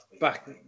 back